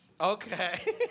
Okay